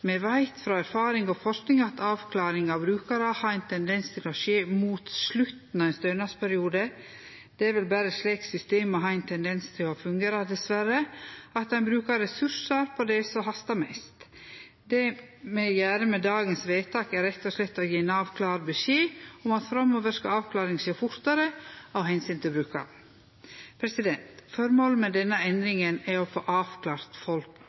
Me veit frå erfaring og forsking at avklaring av brukarar har ein tendens til å skje mot slutten av ein stønadsperiode – det er vel berre slik systemet har ein tendens til å fungere, dessverre – og at ein brukar ressursar på det som hastar mest. Det me gjer med dagens vedtak, er rett og slett å gje Nav klar beskjed om at framover skal avklaring skje fortare, av omsyn til brukaren. Føremålet med denne endringa er å få avklart folk